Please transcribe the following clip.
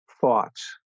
thoughts